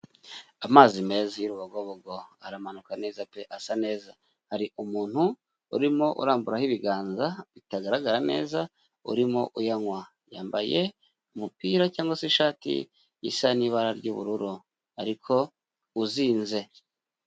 Amazi meza y'urubogobogo aramanuka neza pe, asa neza, hari umuntu urimo uramburaho ibiganza bitagaragara neza urimo uyanywa, yambaye umupira cyangwa se ishati isa n'ibara ry'ubururu ariko uzinze.